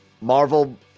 marvel